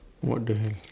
what the hell